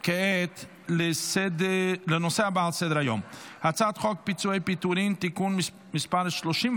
אני קובע כי הצעת חוק הכניסה לישראל (תיקון מס' 40)